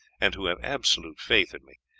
and who have absolute faith in me,